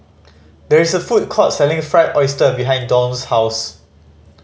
there is a food court selling Fried Oyster behind Dawne's house